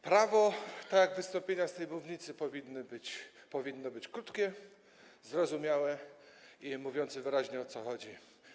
Prawo, tak jak wystąpienie z tej mównicy, powinno być krótkie, zrozumiałe i mówiące wyraźnie, o co chodzi.